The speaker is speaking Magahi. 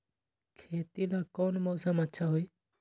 खेती ला कौन मौसम अच्छा होई?